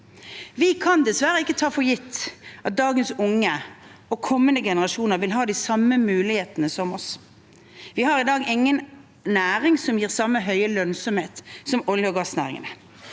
Vi kan dessverre ikke ta for gitt at dagens unge og kommende generasjoner vil ha de samme mulighetene som oss. Vi har i dag ingen næring som gir samme høye lønnsomhet som olje- og gassnæringen.